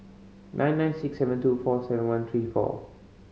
nine nine six seven two four seven one three four